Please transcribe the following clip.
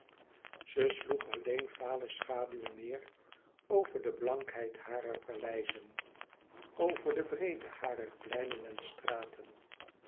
sloeg alleen vale schaduwen neêr over de blankheid harer paleizen over de breedte harer pleinen en straten